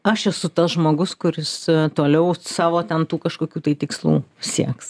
aš esu tas žmogus kuris toliau savo ten tų kažkokių tai tikslų sieks